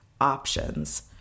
options